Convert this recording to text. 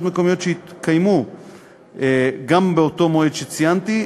מקומיות שהתקיימו גם באותו מועד שציינתי,